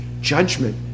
judgment